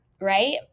right